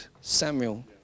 Samuel